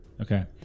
Okay